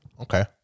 Okay